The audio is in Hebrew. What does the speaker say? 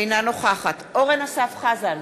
אינה נוכחת אורן אסף חזן,